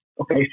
Okay